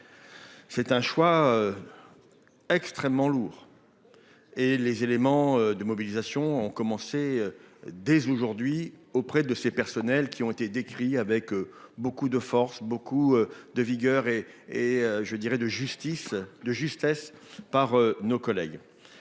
C'est un choix extrêmement lourd, et les mobilisations ont commencé dès aujourd'hui chez ces personnels, qui ont été décrits avec beaucoup de force, de vigueur, de justice et de justesse par nos collègues.